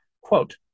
Quote